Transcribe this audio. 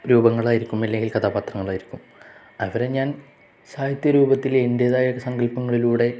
രൂപങ്ങളായിരിക്കും അല്ലെങ്കിൽ കഥാപാത്രങ്ങളായിരിക്കും അവരെ ഞാൻ സാഹിത്യ രൂപത്തില എൻ്റേതായ സങ്കല്പങ്ങളിലൂടെ